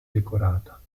decorata